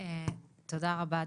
תודה רבה,